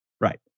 Right